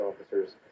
officers